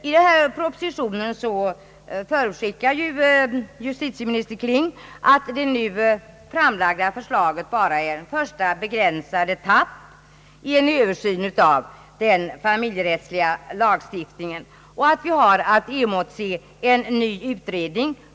I propositionen förutskickar justitieminister Kling att det nu framlagda förslaget endast är en första begränsad etapp i en översyn av den familje rättsliga lagstiftningen, och att vi har att emotse en ny utredning.